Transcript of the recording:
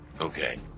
Okay